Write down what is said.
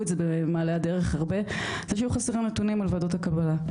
את זה במעלי הדרך הרבה זה שחסרים נתונים על ועדות הקבלה.